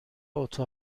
اتاق